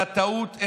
על הטעות,